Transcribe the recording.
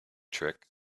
trick